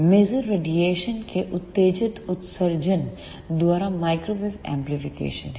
मासेर radiation के उत्तेजित उत्सर्जन द्वारा माइक्रोवेव एमप्लीफिकेशन है